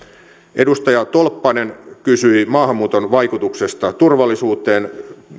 edustaja tolppanen kysyi maahanmuuton vaikutuksesta turvallisuuteen